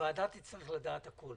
הוועדה תצטרך לדעת הכול